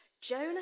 Jonah